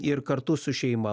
ir kartu su šeima